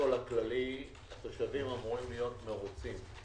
בסך הכול התושבים אמורים להיות מרוצים.